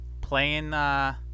playing